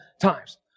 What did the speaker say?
times